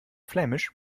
flämisch